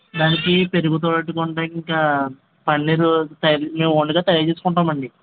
దానికి పెరుగు తోడేట్టుకుంటాకి ఇంకా పన్నీరు మేము ఓనుగా తయారు చేసుకుంటామండి